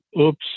oops